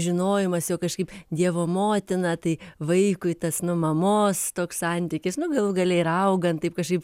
žinojimas jog kažkaip dievo motina tai vaikui tas nu mamos toks santykis nu galų gale ir augant taip kažkaip